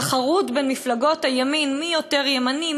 תחרות בין מפלגות הימין מי יותר ימני,